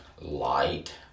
light